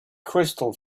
crystal